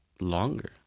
Longer